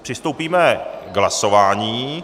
Přistoupíme k hlasování.